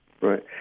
Right